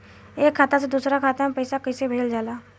एक खाता से दूसरा खाता में पैसा कइसे भेजल जाला?